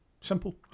Simple